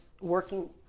working